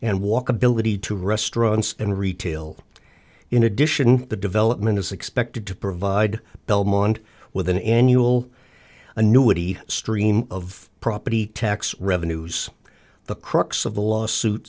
and walkability two restaurants and retail in addition the development is expected to provide belmont with an annual a new woody stream of property tax revenues the crux of the lawsuit